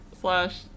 slash